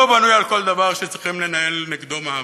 לא בנוי על כל דבר שצריכים לנהל נגדו מאבק.